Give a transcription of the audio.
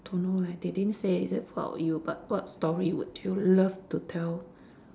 don't know leh they didn't say is it about you but what story would you love to tell